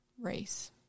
race